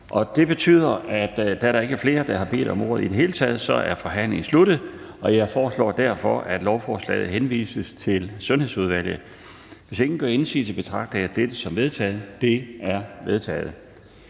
Det betyder, at da der ikke er flere, der har bedt om ordet i det hele taget, er forhandlingen sluttet. Jeg foreslår derfor, at lovforslaget henvises til Sundhedsudvalget. Hvis ingen gør indsigelse, betragter jeg dette som vedtaget. Det er vedtaget.